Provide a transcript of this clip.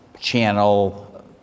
channel